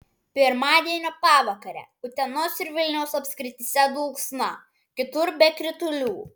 pirmadienio pavakarę utenos ir vilniaus apskrityse dulksna kitur be kritulių